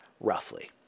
roughly